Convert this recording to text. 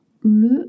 le